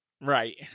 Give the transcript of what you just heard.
right